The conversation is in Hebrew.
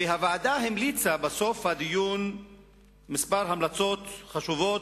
והוועדה המליצה בסוף הדיון כמה המלצות חשובות,